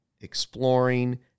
exploring